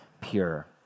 pure